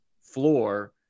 floor